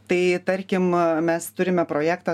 tai tarkim mes turime projektą